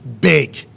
big